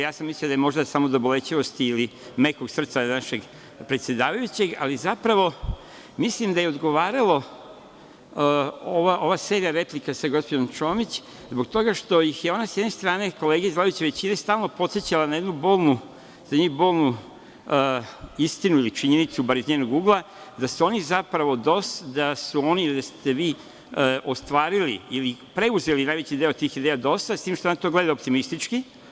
Ja sam mislio da je možda samo do bolećivosti ili mekog srca našeg predsedavajućeg, ali zapravo, mislim da je ova serija replika sa gospođom Čomić zbog toga što ih je ona sa jedne strane, kolege iz vladajuće većine stalno podsećala na jednu bolnu istinu ili činjenicu, bar iz njenog ugla, da su oni, ili da ste vi ostvarili ili preuzeli najveći deo tih ideja DOS-a, s tim što ona to gleda optimistički.